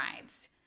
rides